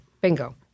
Bingo